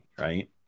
Right